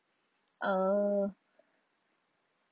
err